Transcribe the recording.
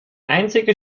einzige